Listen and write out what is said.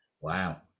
Wow